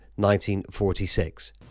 1946